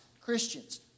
Christians